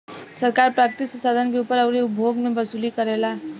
सरकार प्राकृतिक संसाधन के ऊपर अउरी उपभोग मे वसूली करेला